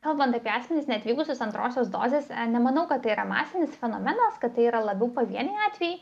kalbant apie asmenis neatvykusius antrosios dozės nemanau kad tai yra masinis fenomenas kad tai yra labiau pavieniai atvejai